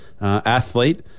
athlete